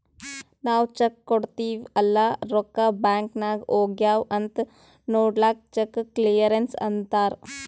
ನಾವ್ ಚೆಕ್ ಕೊಡ್ತಿವ್ ಅಲ್ಲಾ ರೊಕ್ಕಾ ಬ್ಯಾಂಕ್ ನಾಗ್ ಹೋಗ್ಯಾವ್ ಅಂತ್ ನೊಡ್ಲಕ್ ಚೆಕ್ ಕ್ಲಿಯರೆನ್ಸ್ ಅಂತ್ತಾರ್